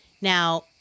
Now